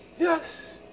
Yes